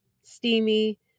steamy